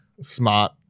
smart